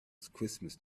christmas